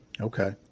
Okay